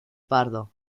pardo